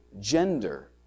gender